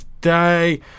day